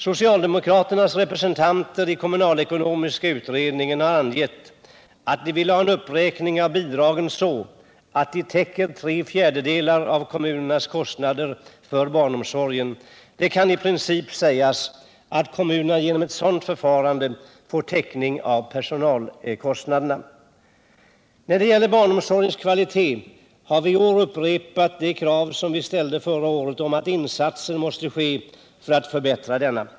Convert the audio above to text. Socialdemokraternas representanter i den kommunalekonomiska utredningen har angett att de vill ha en uppräkning av bidragen så att de täcker tre fjärdedelar av kommunernas kostnader för barnomsorgen. Det kan i princip sägas att kommunerna genom ett sådant förfarande får täckning av personalkostnaderna. När det gäller barnomsorgens kvalitet har vi i år upprepat det krav som vi ställde förra året på insatser för att förbättra denna.